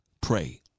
pray